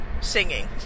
singing